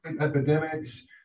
epidemics